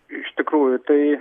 iš tikrųjų tai